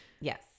Yes